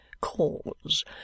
cause